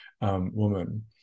woman